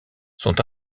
sont